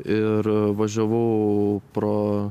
ir važiavau pro